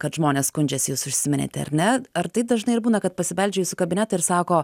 kad žmonės skundžiasi jūs užsiminėte ar ne ar tai dažnai ir būna kad pasibeldžia į jūsų kabinetą ir sako